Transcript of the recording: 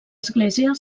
església